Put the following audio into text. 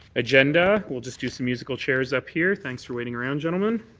agenda. we'll just do some musical chairs up here. thanks for waiting around, gentlemen.